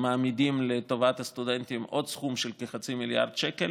מעמידים לטובת הסטודנטים עוד סכום של כחצי מיליארד שקל,